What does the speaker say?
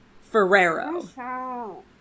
Ferrero